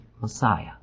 Messiah